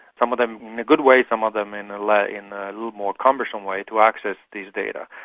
some of them in a good way, some of them in a like in a little more cumbersome way, to access these data.